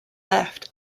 left